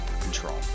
control